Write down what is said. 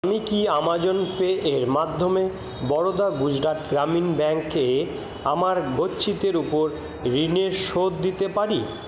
আমি কি Amazon Pay এর মাধ্যমে বরোদা গুজরাট গ্রামীণ ব্যাঙ্কে আমার গচ্ছিতের ওপর ঋণের শোধ দিতে পারি